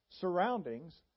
surroundings